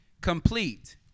complete